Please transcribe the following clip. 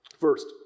First